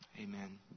amen